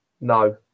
No